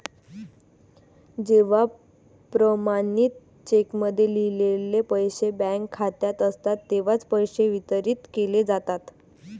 जेव्हा प्रमाणित चेकमध्ये लिहिलेले पैसे बँक खात्यात असतात तेव्हाच पैसे वितरित केले जातात